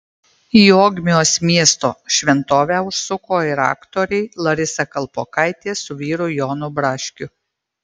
į ogmios miesto šventę užsuko ir aktoriai larisa kalpokaitė su vyru jonu braškiu